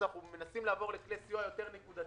אז אנחנו מנסים לעבור לכלי סיוע יותר נקודתיים,